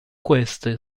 queste